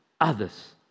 others